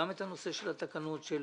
גם את הנושא של התקנות של